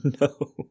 No